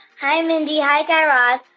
hi, mindy. hi, guy raz.